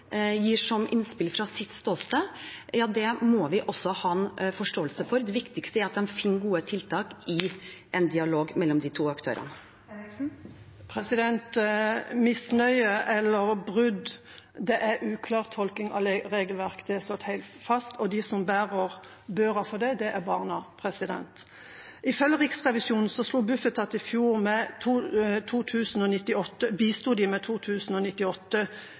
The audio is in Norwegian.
gir som innspill fra sitt ståsted, må vi også ha forståelse for. Det viktigste er at de finner gode tiltak i en dialog mellom de to aktørene. Misnøye eller brudd – det er uklar tolking av regelverket. Det er slått helt fast. Og de som bærer børa for det, er barna. Ifølge Riksrevisjonen bisto Bufetat i fjor med 2 098 akuttiltak. Det er mange barn og